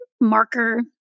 marker